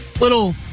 Little